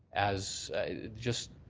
as just